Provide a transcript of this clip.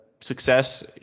success